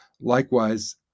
Likewise